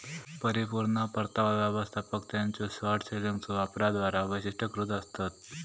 परिपूर्ण परतावा व्यवस्थापक त्यांच्यो शॉर्ट सेलिंगच्यो वापराद्वारा वैशिष्ट्यीकृत आसतत